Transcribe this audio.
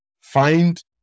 find